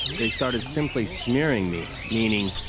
they started simply smearing me, meaning,